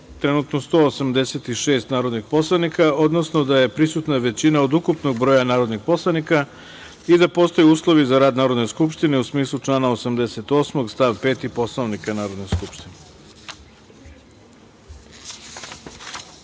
prisutno 186 narodnih poslanika, odnosno da je prisutna većina od ukupnog broja narodnih poslanika i da postoje uslovi za rad Narodne skupštine, u smislu člana 88. stav 5. Poslovnika Narodne skupštine. Na